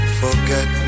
forget